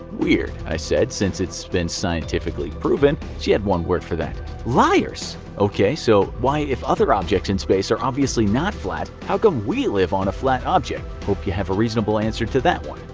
weird, i said, since it's been scientifically proven. she had one word for that liars! ok, so why if other objects in space are obviously not flat, how come we live on a flat object, hope you have a reasonable answer to this one.